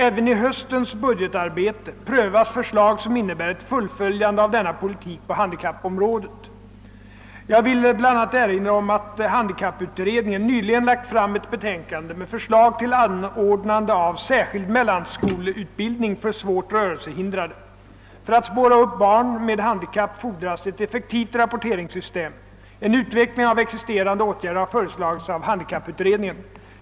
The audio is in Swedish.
även i höstens budgetarbete prövas förslag som innebär ett fullföljande av denna politik på handikappområdet. Jag vill bl.a. erinra om att handikapputredningen nyligen lagt fram ett betänkande med förslag till anordnande av särskild mellanskoleutbildning för svårt rörelsehindrade. För att spåra upp barn med handikapp fordras ett effektivt rapporteringssystem. En utveckling av existerande åtgärder har föreslagits av handikapputredningen.